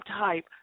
type